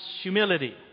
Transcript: Humility